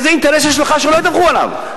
איזה אינטרס יש לך שלא ידווחו עליו?